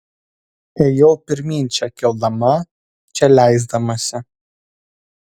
ėjau pirmyn čia kildama čia leisdamasi